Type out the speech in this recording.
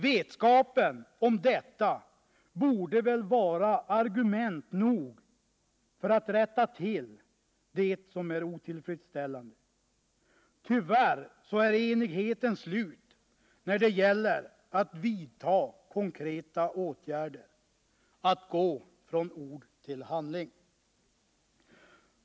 Vetskapen om detta borde väl vara argument nog för att rätta till det som är otillfredsställande. Tyvärr är enigheten slut när det gäller att vidta konkreta åtgärder, att gå från ord till handling.